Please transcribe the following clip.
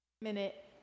minute